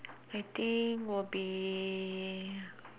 I think will be